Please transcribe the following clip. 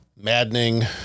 maddening